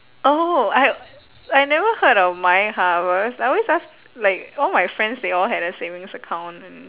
oh I I never heard of my half I always I always ask like all my friends they all had a savings account and